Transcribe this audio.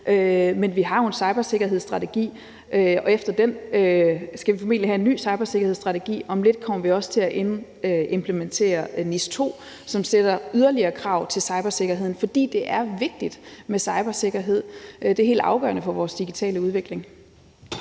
men vi har jo en cybersikkerhedsstrategi, og efter den skal vi formentlig have en ny cybersikkerhedsstrategi. Om lidt kommer vi også til at implementere NIS2, som stiller yderligere krav til cybersikkerheden, for det er vigtigt med cybersikkerhed. Det er helt afgørende for vores digitale udvikling.